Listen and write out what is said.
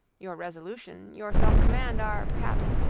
your resolution, your self-command, are, perhaps,